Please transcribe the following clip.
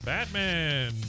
Batman